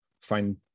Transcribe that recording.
find